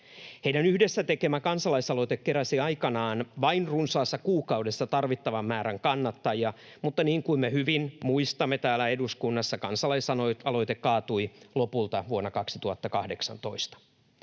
Heidän yhdessä tekemänsä kansalaisaloite keräsi aikanaan vain runsaassa kuukaudessa tarvittavan määrän kannattajia, mutta niin kuin me hyvin muistamme, täällä eduskunnassa kansalaisaloite kaatui lopulta vuonna 2018.